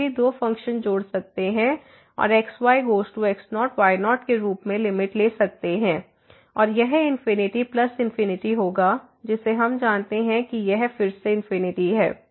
हम भी दो फ़ंक्शन जोड़ सकते हैं और x y goes to x0 y0 के रूप में लिमिट ले सकते हैं और यह इंफिनिटी इंफिनिटी होगा जिसे हम जानते हैं कि यह फिर से इंफिनिटी है